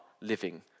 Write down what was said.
living